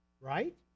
Right